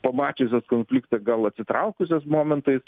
pamačiusios konfliktą gal atsitraukusios momentais